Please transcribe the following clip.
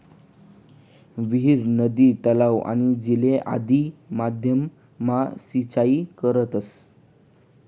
विहीर, नदी, तलाव, आणि झीले आदि माध्यम मा सिंचाई करतस